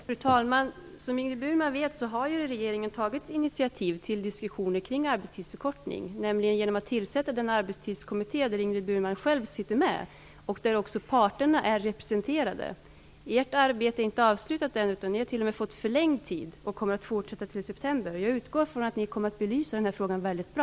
Fru talman! Som Ingrid Burman vet, har regeringen tagit initiativ till diskussioner kring arbetstidsförkortning, nämligen genom att tillsätta den arbetstidskommitté där Ingrid Burman själv sitter med och där parterna är representerade. Ert arbete är inte avslutat ännu, utan ni har t.o.m. fått förlängd tid och kommer att fortsätta till september. Jag utgår från att ni kommer att belysa den här frågan väldigt bra.